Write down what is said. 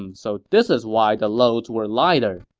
um so this is why the loads were lighter